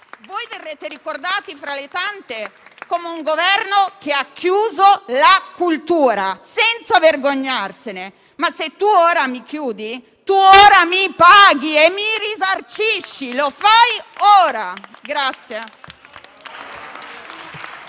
Voi verrete ricordati, tra le tante cose, come un Governo che ha chiuso la cultura, senza vergognarsene. Ma se tu ora mi chiudi, tu ora mi paghi e mi risarcisci. Lo fai ora!